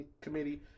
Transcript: Committee